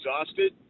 exhausted